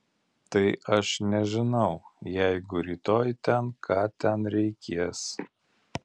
tai aš nežinau jeigu rytoj ten ką ten reikės